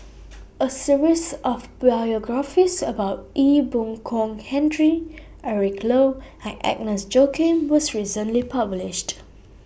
A series of biographies about Ee Boon Kong Henry Eric Low and Agnes Joaquim was recently published